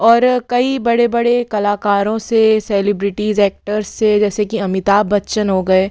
और कई बड़े बड़े कलाकारों से सेलिब्रिटीस एक्टर्स से जैसे कि अमिताभ बच्चन हो गए